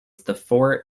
four